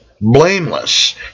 blameless